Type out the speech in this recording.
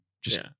Just-